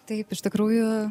taip iš tikrųjų